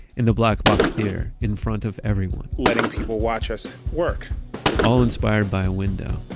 in the black box theater. in front of everyone letting people watch us work all inspired by a window.